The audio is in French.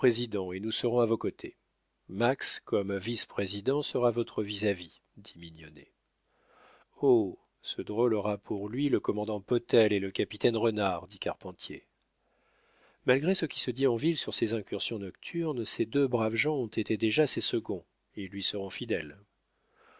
et nous serons à vos côtés max comme vice-président sera votre vis-à-vis dit mignonnet oh ce drôle aura pour lui le commandant potel et le capitaine renard dit carpentier malgré ce qui se dit en ville sur ces incursions nocturnes ces deux braves gens ont été déjà ses seconds ils lui seront fidèles